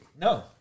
No